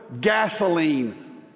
gasoline